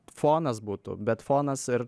fonas būtų bet fonas ir